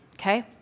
okay